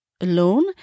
alone